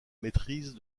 maîtrise